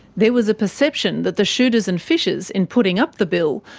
there was a perception that the shooters and fishers, in putting up the bill,